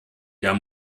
der